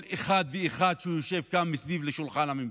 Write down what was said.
אחד ואחד שיושב כאן סביב שולחן הממשלה.